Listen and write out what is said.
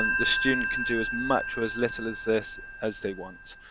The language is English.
and the student can do as much or as little as this as they want,